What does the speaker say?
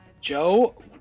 joe